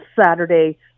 Saturday